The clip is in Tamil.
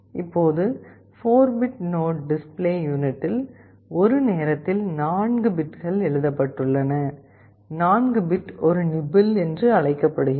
இப்போது 4 பிட் நோட் டிஸ்ப்ளே யூனிட்டில் ஒரு நேரத்தில் 4 பிட்கள் எழுதப்பட்டுள்ளன 4 பிட் ஒரு நிப்பிள் என்று அழைக்கப்படுகிறது